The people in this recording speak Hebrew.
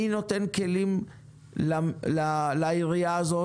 מי נותן כלים לעירייה הזאת?